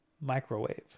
microwave